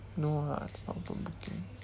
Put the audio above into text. no ha it's not open booking